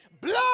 Blood